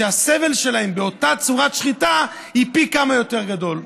שהסבל שלהם באותה צורת שחיטה הוא פי כמה יותר גדול.